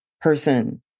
person